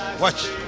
Watch